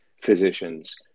physicians